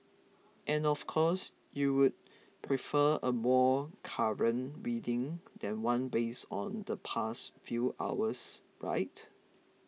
and of course you would prefer a more current reading than one based on the past few hours right